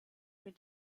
mit